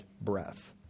breath